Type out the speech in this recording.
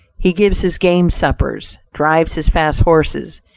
he gives his game suppers, drives his fast horses,